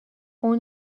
اون